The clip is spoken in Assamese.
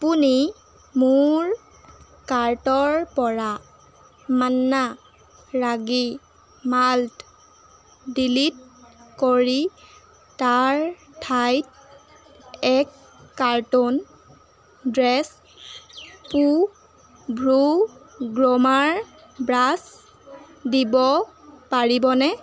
আপুনি মোৰ কাৰ্টৰ পৰা মান্না ৰাগী মাল্ট ডিলিট কৰি তাৰ ঠাইত এক কাৰ্ট'ন ডেছ পু ভ্ৰূ গ্ৰমাৰ ব্ৰাছ দিব পাৰিবনে